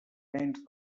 nens